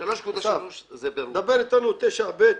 אסף, דבר איתנו על 9(ב)